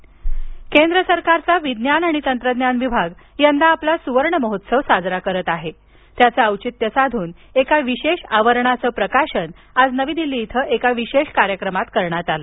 हर्ष वर्धन केंद्र सरकारचा विज्ञान आणि तंत्रज्ञान विभाग यंदा आपला सुवर्ण महोत्सव साजरा करत असून त्याचे औचित्य साधून एका विशेष आवरणाचं प्रकाशन आज नवी दिल्ली इथं एका विशेष कार्यक्रमात करण्यात आलं